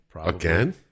again